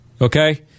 okay